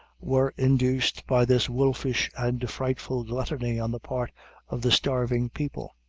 were induced by this wolfish and frightful gluttony on the part of the starving people.